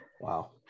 wow